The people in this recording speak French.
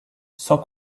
sans